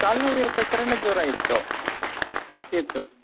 ಕಾಲು ನೋವು ಇರ್ಬೇಕರೆ ಜ್ವರ ಇತ್ತು ಇತ್ತು